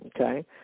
okay